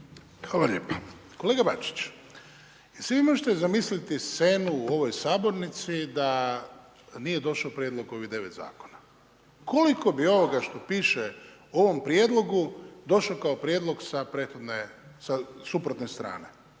Hvala lijepa. Kolega Bačić, jel si vi možete zamisliti .../Govornik se ne razumije./... u ovom sabornici da nije došao prijedlog ovih 9 zakona? Koliko bi ovoga što piše u ovom Prijedlogu došlo kao prijedlog sa suprotne strane?